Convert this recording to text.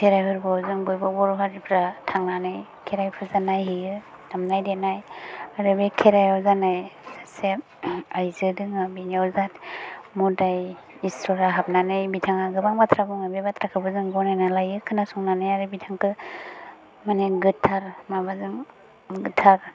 खेराइ फोरबोआव जों बयबो बर' हारिफ्रा थांनानै खेराइ फुजा नायहैयो दामनाय देनाय आरो बे खेराइयाव जानाय सासे आइजो दङ बिनियाव जा मोदाइ इस्वरा हाबनानै बिथाङा गोबां बाथ्रा बुङो बे बाथ्राखौबो जों गनायना लायो खोनासंनानै आरो बिथांखौ माने गोथार माबाजों गोथार